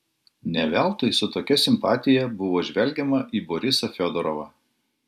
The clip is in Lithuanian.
ne veltui su tokia simpatija buvo žvelgiama į borisą fiodorovą